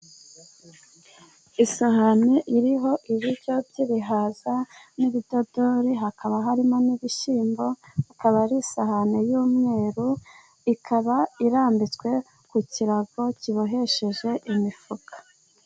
Isahani iriho ibiryo by'ibihaza n'ibidodori, hakaba harimo n'ibishyimbo, bikaba biri isahani y'umweru, ikaba irambitswe ku kirago kibohesheje imifuka.